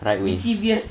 right way